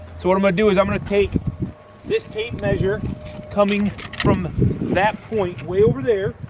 so what i'm gonna do is i'm gonna take this tape measure coming from that point way over there